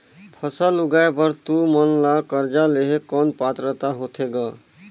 फसल उगाय बर तू मन ला कर्जा लेहे कौन पात्रता होथे ग?